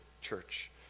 church